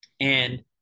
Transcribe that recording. And-